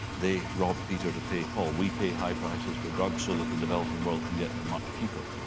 they rob peter to pay paul. we pay high prices for drugs so that the developing world can get them much cheaper.